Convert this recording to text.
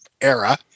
era